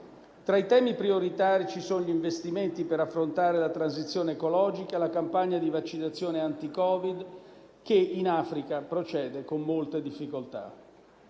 Tra i temi prioritari ci sono gli investimenti per affrontare la transizione ecologica e la campagna di vaccinazione anti-Covid, che in Africa procede con molte difficoltà.